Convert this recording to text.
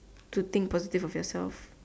to think positive of yourself